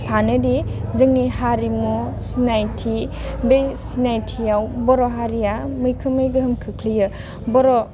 सानोदि जोंनि हारिमु सिनायथि बे सिनायथियाव बर' हारिया मैखोमै गोहोम खोख्लैयो बर'